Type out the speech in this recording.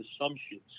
assumptions